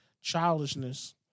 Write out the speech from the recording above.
childishness